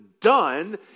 done